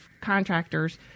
contractors